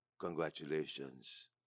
Congratulations